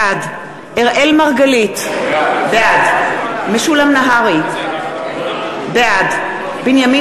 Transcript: בעד אראל מרגלית, בעד משולם נהרי, בעד בנימין